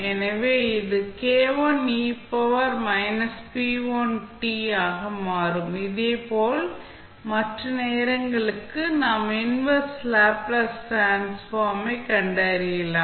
எனவே இது ஆக மாறும் இதேபோல் மற்ற நேரங்களுக்கும் நாம் இன்வெர்ஸ் லேப்ளேஸ் டிரான்ஸ்ஃபார்ம் கண்டறியலாம்